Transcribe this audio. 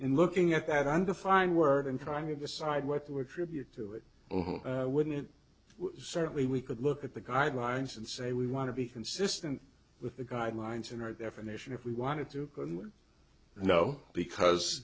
in looking at that undefined word and trying to decide what the word tribute to it wouldn't certainly we could look at the guidelines and say we want to be consistent with the guidelines in our definition if we wanted to know because